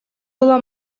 была